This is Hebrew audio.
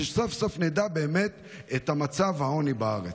שסוף-סוף נדע באמת את מצב העוני בארץ.